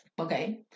okay